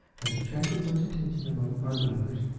has attracted much attention among art lovers,